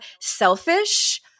selfish